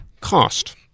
Cost